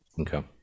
Okay